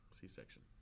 C-section